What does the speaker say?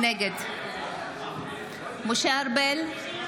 נגד משה ארבל,